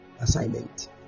assignment